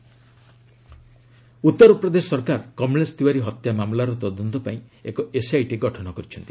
UP murder Uttar Pradesh ସରକାର କମଳେଶ ତିୱାରୀ ହତ୍ୟା ମାମଲାର ତଦନ୍ତ ପାଇଁ ଏକ ଏସ୍ଆଇଟି ଗଠନ କରିଛନ୍ତି